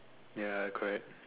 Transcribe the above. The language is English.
ya correct